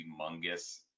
humongous